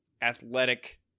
athletic